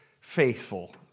faithful